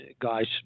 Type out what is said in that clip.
guys